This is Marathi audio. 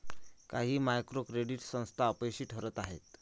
काही मायक्रो क्रेडिट संस्था अपयशी ठरत आहेत